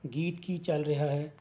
ਗੀਤ ਕੀ ਚੱਲ ਰਿਹਾ ਹੈ